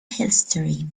history